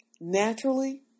naturally